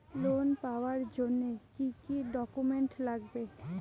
Loan পাওয়ার জন্যে কি কি ডকুমেন্ট লাগবে?